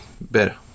better